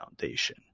Foundation